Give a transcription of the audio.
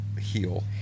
heal